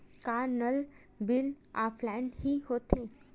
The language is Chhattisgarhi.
का नल बिल ऑफलाइन हि होथे?